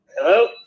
Hello